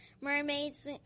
mermaids